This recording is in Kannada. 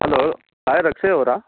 ಹಲೋ ಲಾಯರ್ ಅಕ್ಷಯ್ ಅವರಾ